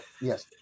yes